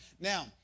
now